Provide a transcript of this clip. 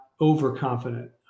overconfident